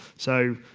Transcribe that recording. so,